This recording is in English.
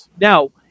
Now